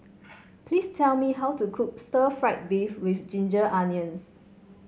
please tell me how to cook Stir Fried Beef with Ginger Onions